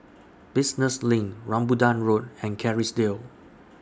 Business LINK Rambutan Road and Kerrisdale